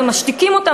ומשתיקים אותם,